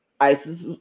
Isis